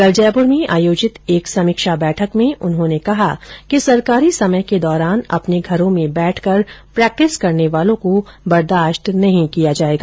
कल जयपुर में आयोजित एक समीक्षा बैठक में उन्होंने कहा कि सरकारी समय के दौरान अपने घरों में बैठकर प्रेक्टिस करने वालों को बर्दाश्त नहीं किया जाएगा